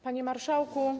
Panie Marszałku!